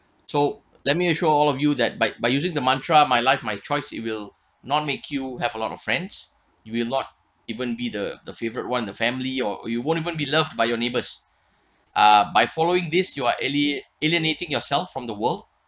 so let me show all of you that by by using the mantra my life my choice it will not make you have a lot of friends you will not even be the the favorite one the family or you won't even be loved by your neighbors uh by following this you are ali~ alienating yourself from the world